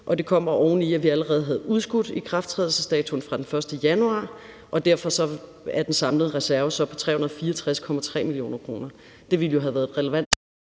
det kommer oven i, at vi allerede havde udskudt ikrafttrædelsesdatoen fra den 1. januar, og derfor er den samlede reserve så på 364,3 mio. kr. Det ville jo have været et relevant